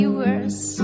worse